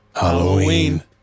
Halloween